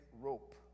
rope